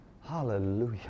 Hallelujah